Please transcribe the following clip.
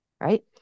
right